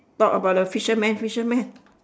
talk about the fisherman fisherman